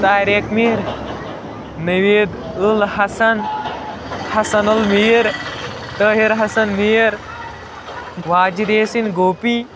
Tariq Mir Naveed Alhasan Hasanu Almir Tahir Hasan Mir Wajir Yasin Gopi